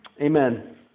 Amen